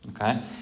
okay